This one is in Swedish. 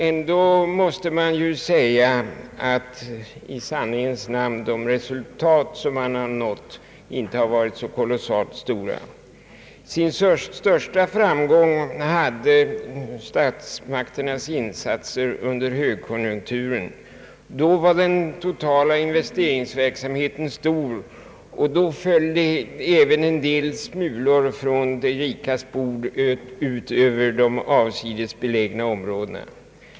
Ändå måste det i sanningens namn konstateras att de uppnådda resultaten inte har varit så kolossalt stora. Sin största framgång hade statsmakternas insatser under högkonjunkturen. Då var den totala investeringsverksamheten stor och då föll även en del smulor från de rikas bord ut över de avsides belägna områdena.